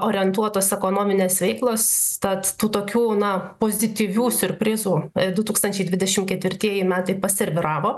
orientuotos ekonominės veiklos tad tų tokių na pozityvių siurprizų du tūkstančiai dvidešimt ketvirtieji metai paserviravo